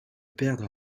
perdre